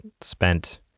spent